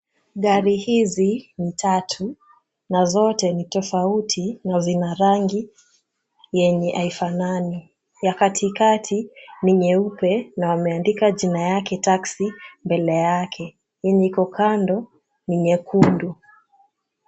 Gari hizi ni tatu na zote ni tofauti na zina rangi yenye haifanani. Ya katikati ni nyeupe na amendika jina yake taxi mbele yake. Yenye iko kando ni nyekundu.